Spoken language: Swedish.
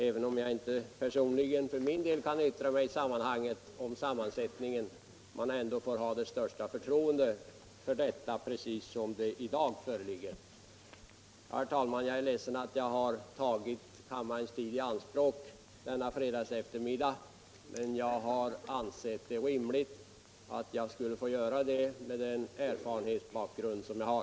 Även om jag personligen inte kan yttra mig över sammansättningen av nämnden, anser jag ändå att man bör ha det största förtroende för denna såsom den i dag ser ut. Herr talman! Jag är ledsen att jag tagit kammarens tid i anspråk denna fredagseftermiddag, men jag har ansett det vara rimligt att jag gjorde det men den erfarenhetsbakgrund jag har.